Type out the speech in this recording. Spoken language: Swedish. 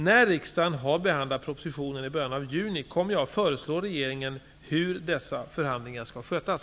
När riksdagen har behandlat propositionen i början av juni kommer jag att föreslå regeringen hur dessa förhandlingar skall skötas.